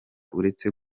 uretse